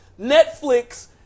Netflix